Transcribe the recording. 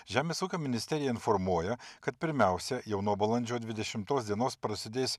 žemės ūkio ministerija informuoja kad pirmiausia jau nuo balandžio dvidešimtos dienos prasidės